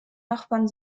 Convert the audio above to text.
nachbarn